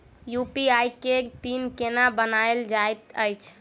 UPI केँ PIN केना बनायल जाइत अछि